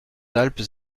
alpes